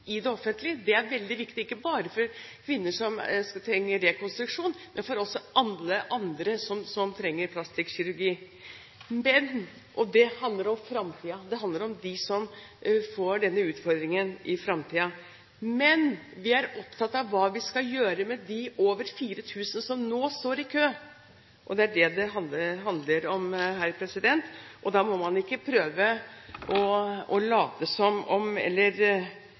i det offentlige. Det er veldig viktig, ikke bare for kvinner som trenger rekonstruksjon, men også for alle andre som trenger plastisk kirurgi. Og det handler om fremtiden. Det handler om dem som får denne utfordringen i fremtiden. Men vi er opptatt av hva vi skal gjøre med de over 4 000 som nå står i kø. Det er det det handler om her, og da må man ikke prøve å late som om